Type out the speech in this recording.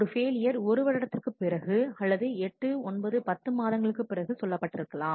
ஒரு ஃபெயிலியர் 1 வருடத்திற்குப் பிறகு அல்லது 8 9 10 மாதங்களுக்குப் பிறகு சொல்லப்பட்டிருக்கலாம்